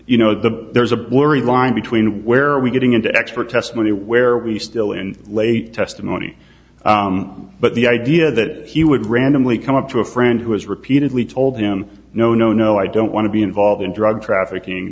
you know the there's a blurry line between where we getting into expert testimony where we still in lay testimony but the idea that he would randomly come up to a friend who has repeatedly told him no no no i don't want to be involved in drug trafficking